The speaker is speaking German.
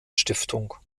stiftung